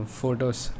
photos